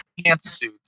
pantsuits